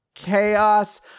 chaos